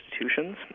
institutions